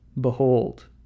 behold